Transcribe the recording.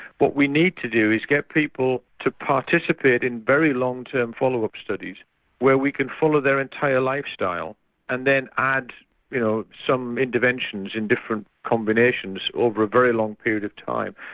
what we need to do is get people to participate in very long term follow up studies where we can follow their entire lifestyle and then add you know some interventions in different combinations over a very long period of time.